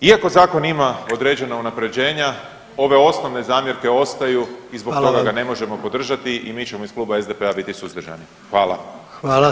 Iako zakon ima određena unapređenja ove osnovne zamjerke ostaju i zbog toga ga ne možemo podržati i mi ćemo iz Kluba SDP-a biti suzdržani.